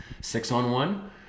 six-on-one